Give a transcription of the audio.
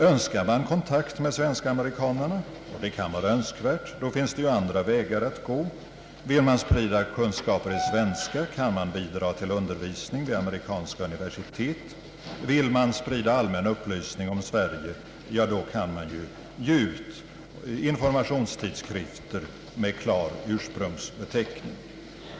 Önskar man kontakt med svensk-amerikanerna — och det kan vara önskvärt — finns ju andra vägar att gå. Vill man sprida kunskaper i svenska, kan man bidra till undervisning vid amerikanska universitet. Vill man sprida allmän upplysning om Sverige, kan man ge ut informationstidskrifter med klar ursprungsbeteckning.